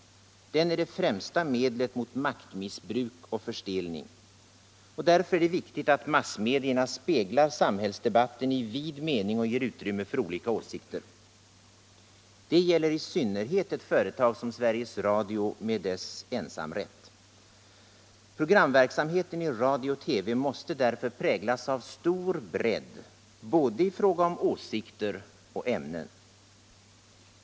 Den är det främsta medlet mot maktmissbruk och förstelning. Därför är det viktigt att massmedierna speglar samhällsdebatten i vid mening och ger utrymme för olika åsikter. Det gäller i synnerhet ett företag som Sveriges Radio med dess ensamrätt. Program verksamheten i radio och TV måste därför präglas av stor bredd både i fråga om åsikter och i fråga om ämnen.